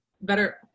better